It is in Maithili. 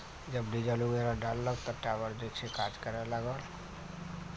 जब डीजल ओगेरह डाललक तऽ टावर जे छै काज करऽ लागल